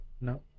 No